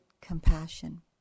compassion